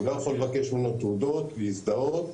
הוא לא יכול לבקש ממנו תעודות, להזדהות.